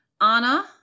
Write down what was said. Anna